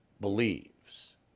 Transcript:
believes